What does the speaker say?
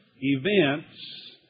events